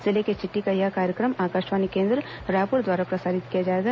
जिले की चिट्ठी का यह कार्यक्रम आकाशवाणी केंद्र रायपुर द्वारा प्रसारित किया जाएगा